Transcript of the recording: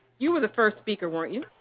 you were the first speaker, weren't you?